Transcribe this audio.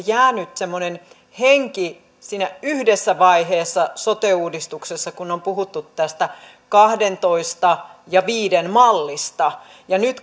jäänyt semmoinen henki yhdessä vaiheessa sote uudistuksessa kun on puhuttu tästä kahdentoista ja viiden mallista nyt